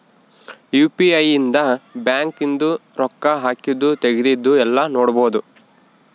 UPI ಇಂದ bank ಇಂದು ರೊಕ್ಕ ಹಾಕಿದ್ದು ತೆಗ್ದಿದ್ದು ಯೆಲ್ಲ ನೋಡ್ಬೊಡು